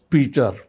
Peter